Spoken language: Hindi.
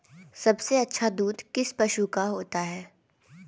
सबसे अच्छा दूध किस पशु का होता है?